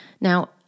Now